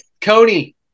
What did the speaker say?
Cody